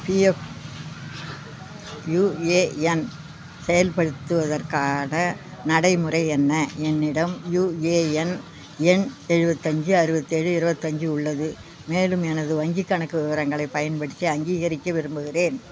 PF UAN செயல்படுத்துவதற்கான நடைமுறை என்ன என்னிடம் யுஏஎன் எண் எழுவத்தஞ்சு அறுபத்தேழு இருவத்தஞ்சு உள்ளது மேலும் எனது வங்கிக் கணக்கு விவரங்களைப் பயன்படுத்தி அங்கீகரிக்க விரும்புகிறேன்